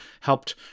helped